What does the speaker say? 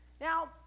Now